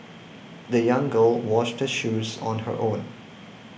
the young girl washed her shoes on her own